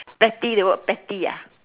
petty the word petty ah